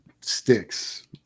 sticks